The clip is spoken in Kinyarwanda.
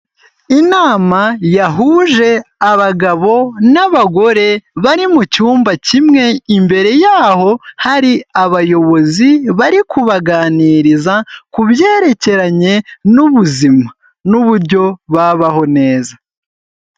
Inama yahuje abagabo n'abagore bari mu cyumba kimwe, imbere yaho hari abayobozi, bari kubaganiriza, ku byerekeranye n'ubuzima n'uburyo babaho neza.